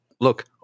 Look